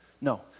No